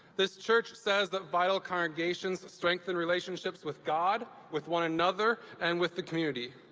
this church says that vital congregations strengthen relationships with god, with one another, and with the community.